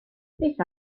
beth